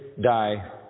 die